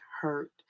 hurt